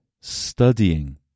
studying